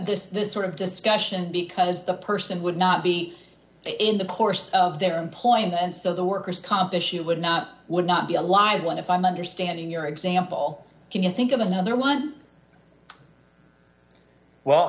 this is this sort of discussion because the person would not be in the course of their employment and so the worker's comp issue would not would not be a live one if i'm understanding your example can you think of another one well